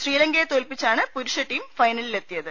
ശ്രീല ങ്കയെ തോൽപ്പിച്ചാണ് പുരുഷ ടീം ഫൈനലിലെത്തിയത്